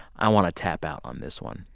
i want to tap out on this one.